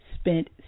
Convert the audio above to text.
spent